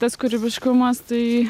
tas kūrybiškumas tai